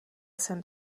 jsem